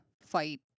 fight